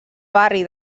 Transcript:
barri